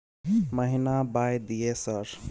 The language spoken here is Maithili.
महीना बाय दिय सर?